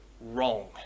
wrong